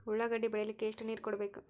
ಉಳ್ಳಾಗಡ್ಡಿ ಬೆಳಿಲಿಕ್ಕೆ ಎಷ್ಟು ನೇರ ಕೊಡಬೇಕು?